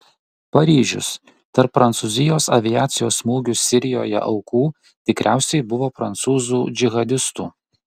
paryžius tarp prancūzijos aviacijos smūgių sirijoje aukų tikriausiai buvo prancūzų džihadistų